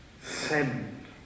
Send